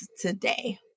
today